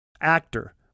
actor